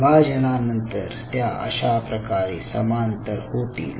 विभाजनानंतर त्या अशा प्रकारे समांतर होतील